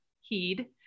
heed